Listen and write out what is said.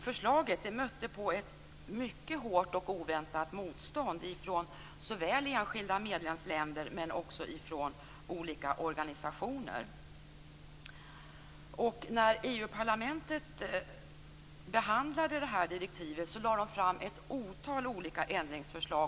Förslaget mötte ett mycket hårt och oväntat motstånd från såväl enskilda medlemsländer som olika organisationer. När EU-parlamentet behandlade direktivet lade man fram ett otal olika ändringsförslag.